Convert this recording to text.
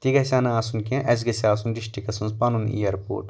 تہِ گژھِ نہٕ آسُن کیٚنٛہہ اَسہِ گژھِ آسُن ڈِسٹرکٹس منٛز پَنُن ایرپوٹ